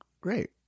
Great